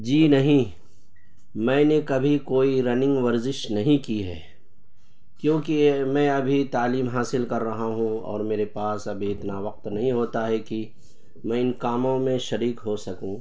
جی نہیں میں نے کبھی کوئی رننگ ورزش نہیں کی ہے کیوںکہ یہ میں ابھی تعلیم حاصل کر رہا ہوں اور میرے پاس ابھی اتنا وقت نہیں ہوتا ہے کہ میں ان کاموں میں شریک ہو سکوں